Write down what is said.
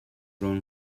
grown